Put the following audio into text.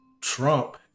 Trump